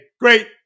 Great